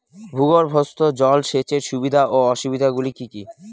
ভূগর্ভস্থ জল সেচের সুবিধা ও অসুবিধা গুলি কি কি?